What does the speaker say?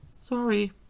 Sorry